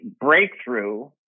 breakthrough